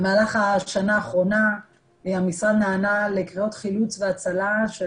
במהלך השנה האחרונה המשרד נענה לקריאות חילוץ והצלה של